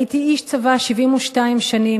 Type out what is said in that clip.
הייתי איש צבא 72 שנים.